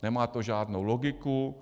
Nemá to žádnou logiku.